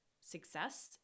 success